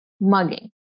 mugging